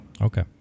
Okay